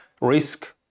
risk